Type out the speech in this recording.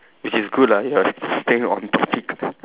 which is good lah you are st~ staying on topic